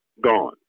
gone